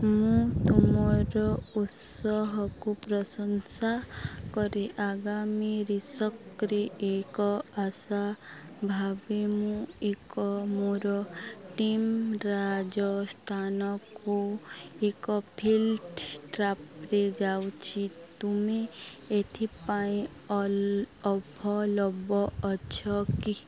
ମୁଁ ତୁମର ଉତ୍ସାହକୁ ପ୍ରଶଂସା କରେ ଆଗାମୀ ରେଶକରେ ଏକ ଆଶା ଭାବି ମୁଁ ଏକ ମୋର ଟିମ୍ ରାଜସ୍ଥାନକୁ ଏକ ଫିଲ୍ଡ ଟ୍ରାପ୍ରେ ଯାଉଛି ତୁମେ ଏଥିପାଇଁ ଅଭଲବ ଅଛ କି